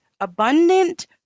abundant